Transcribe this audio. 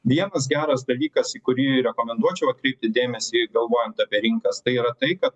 vienas geras dalykas į kurį rekomenduočiau atkreipti dėmesį galvojant apie rinkas tai yra tai kad